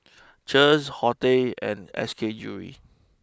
Cheers Horti and S K Jewellery